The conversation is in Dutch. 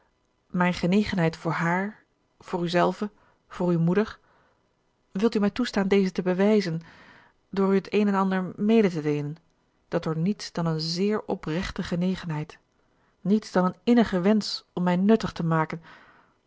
mijn genegenheid voor haar voor uzelve voor uwe moeder wilt u mij toestaan deze te bewijzen door u het een en ander mede te deelen dat door niets dan een zéér oprechte genegenheid niets dan een innigen wensch om mij nuttig te maken